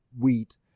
wheat